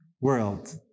world